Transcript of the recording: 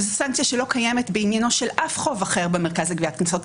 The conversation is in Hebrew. שזו סנקציה שלא קיימת בעניינו של אף חוב אחר במרכז לגביית קנסות,